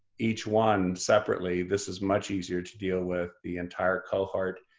each one separately, this is much easier to deal with the entire cohort.